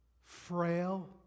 frail